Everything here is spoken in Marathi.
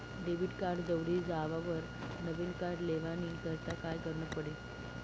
डेबिट कार्ड दवडी जावावर नविन कार्ड लेवानी करता काय करनं पडी?